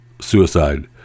suicide